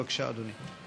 בבקשה, אדוני.